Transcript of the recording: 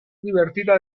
divertida